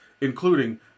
including